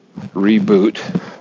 reboot